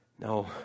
No